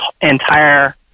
entire